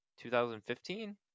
2015